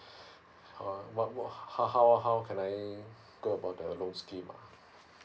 oh what what how how how how can I go about that loan scheme eh